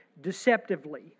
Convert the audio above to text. deceptively